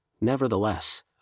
nevertheless